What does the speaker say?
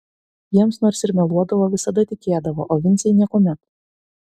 jiems nors ir meluodavo visada tikėdavo o vincei niekuomet